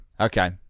Okay